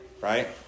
Right